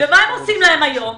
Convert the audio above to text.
ומה הם עושים להם היום?